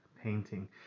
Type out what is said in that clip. painting